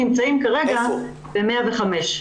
הנתונים נמצאים כרגע ב-105.